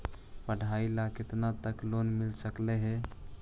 पढाई ल केतना तक लोन मिल सकले हे?